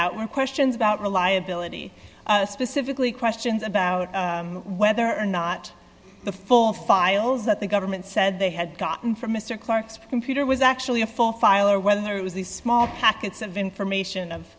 out were questions about reliability specifically questions about whether or not the full files that the government said they had gotten from mr clarke's computer was actually a full file or whether it was these small packets of information of